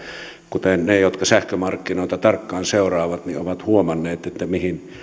ne jotka sähkömarkkinoita tarkkaan seuraavat ovat huomanneet mihin se